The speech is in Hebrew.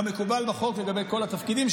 כמקובל בחוק לגבי כל התפקידים,